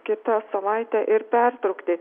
kitą savaitę ir pertrūkti